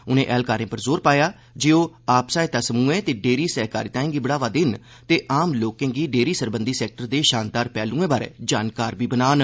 उनें ऐह्लकारें पर जोर पाया जे ओह् आप सहायता समूहें ते डेयरी सैह्कारिताएं गी बढ़ावा देन ते आम लोकें गी डेयरी सरबंधी सैक्टर दे शानदार पैहलुएं बारै जानकार बी बनान